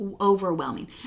overwhelming